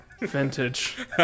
Vintage